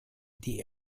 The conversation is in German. die